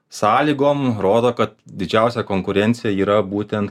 sąlygom rodo kad didžiausia konkurencija yra būtent